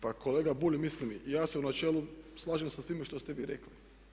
Pa kolega Bulj mislim ja se u načelu slažem sa svime što ste vi rekli.